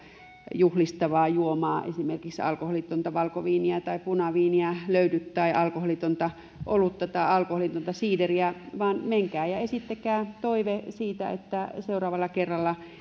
juhlistavaa juomaa esimerkiksi alkoholitonta valkoviiniä tai punaviiniä tai alkoholitonta olutta tai alkoholitonta siideriä vaan menkää ja esittäkää toive että seuraavalla kerralla